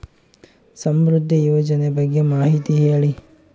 ಸಮೃದ್ಧಿ ಯೋಜನೆ ಬಗ್ಗೆ ಮಾಹಿತಿ ಹೇಳಿ?